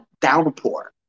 downpour